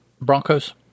Broncos